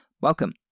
Welcome